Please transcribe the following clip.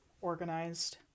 organized